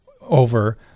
over